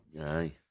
Aye